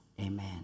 Amen